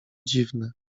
dziwne